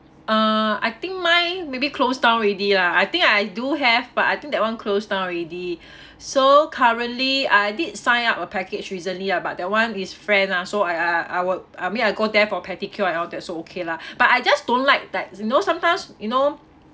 uh I think mine maybe closed down already lah I think I do have but I think that one closed down already so currently I did sign up a package recently ah but that one is friend ah so I I I was I mean I go there for pedicure and all that so okay lah but I just don't like that you know sometimes you know